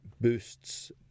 boosts